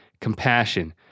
compassion